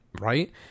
right